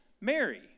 Mary